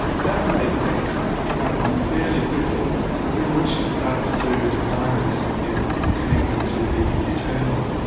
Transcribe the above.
and that one, they they kind of pick up on fairly quickly but then when she starts to define it as something connected to the eternal,